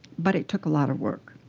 but it took a lot of work.